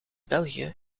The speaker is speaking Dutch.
belgië